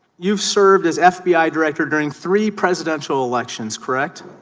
you serve as fbi director during three presidential elections correct